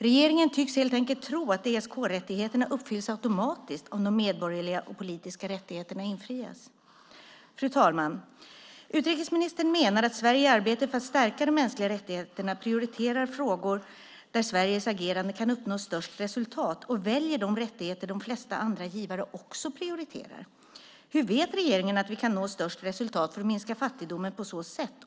Regeringen tycks helt enkelt tro att ESK-rättigheterna uppfylls automatiskt om de medborgerliga och politiska rättigheterna infrias. Fru talman! Utrikesministern menar att Sverige i arbetet för att stärka de mänskliga rättigheterna prioriterar frågor där Sveriges agerande kan uppnå störst resultat och väljer de rättigheter de flesta andra givare också prioriterar. Hur vet regeringen att vi kan nå störst resultat för att minska fattigdomen på så sätt?